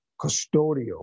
custodial